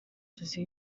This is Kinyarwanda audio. tuzi